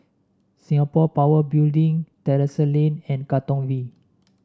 Singapore Power Building Terrasse Lane and Katong V